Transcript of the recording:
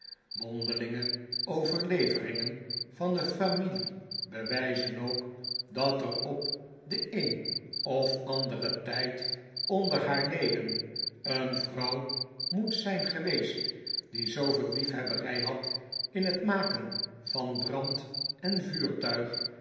mondelinge overleveringen van de familie bewijzen ook dat er op den een of anderen tijd onder haar leden een vrouw moet zijn geweest die zooveel liefhebberij had in het maken van brand en